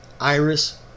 iris